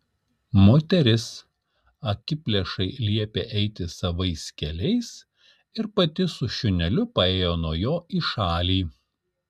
moteris akiplėšai liepė eiti savais keliais ir pati su šuneliu paėjo nuo jo į šalį